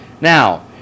now